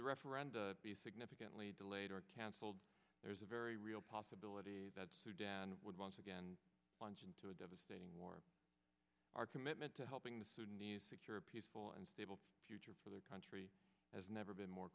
the referenda be significantly delayed or cancelled there is a very real possibility that would once again launch into a devastating war our commitment to helping the sudanese secure a peaceful and stable future for their country has never been more